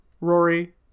Rory